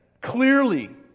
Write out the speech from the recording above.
clearly